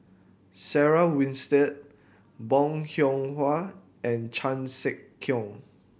Sarah Winstedt Bong Hiong Hwa and Chan Sek Keong